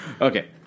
okay